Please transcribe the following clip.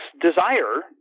desire